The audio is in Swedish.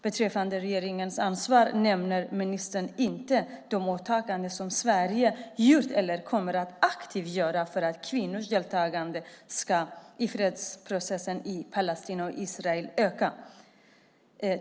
Beträffande regeringens ansvar nämner ministern inte de åtaganden som Sverige har gjort eller aktivt kommer att göra för att kvinnors deltagande i fredsprocessen i Palestina och Israel ska öka.